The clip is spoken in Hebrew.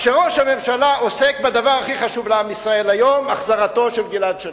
כשראש הממשלה עוסק בדבר הכי חשוב לעם ישראל היום: החזרתו של גלעד שליט.